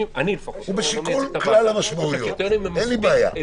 אני לפחות חושב שהקריטריונים הם מספיק,